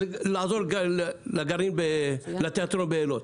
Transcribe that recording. ולעזור לתיאטרון באילות.